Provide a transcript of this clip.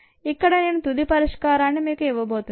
ఇక్కడ నేను తుది పరిష్కారాన్ని మీకు ఇవ్వబోతున్నాను